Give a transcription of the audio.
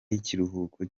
y’ikiruhuko